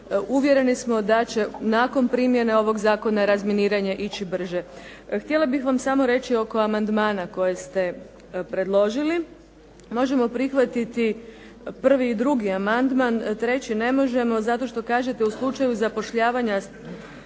Uvjereni smo da ćemo nakon primjene ovog zakona razminiranje ići brže. Htjela bih vam samo reći oko amandmana koje ste predložili. Možemo prihvatiti prvi i drugih amandman, treći ne možemo zato što kažete u slučaju zapošljavanja